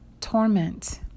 torment